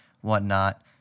whatnot